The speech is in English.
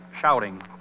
shouting